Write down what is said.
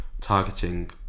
targeting